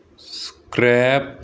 scrap